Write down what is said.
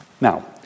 Now